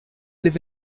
live